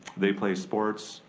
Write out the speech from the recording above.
they play sports,